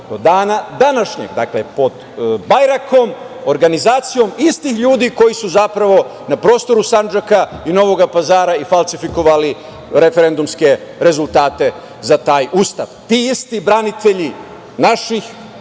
do dana današnjeg. Dakle, pod bajrakom, organizacijom istih ljudi koji su na prostoru Sandžaka i Novog Pazara falsifikovali referendumske rezultate za taj Ustav. Ti isti branitelji naših